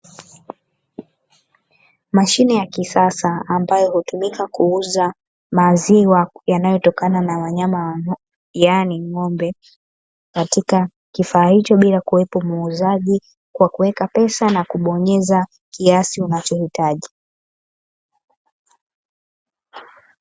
Mashine ya kisasa ambayo hutumika kuuza maziwa, yanayotokana na wanyama wa yaani ng'ombe, katika kifaa hicho bila kuwepo muuzaji kwa kuweka pesa na kubonyeza kiasi unachohitaji.